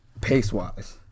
pace-wise